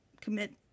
commit